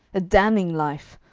a damning life,